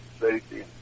safety